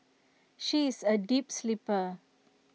she is A deep sleeper